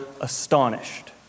astonished